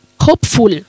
hopeful